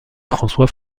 françois